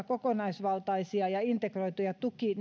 kokonaisvaltaisia ja integroituja tuki